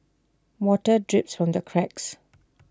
water drips from the cracks